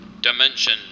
Dimension